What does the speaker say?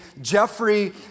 Jeffrey